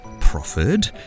proffered